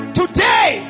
today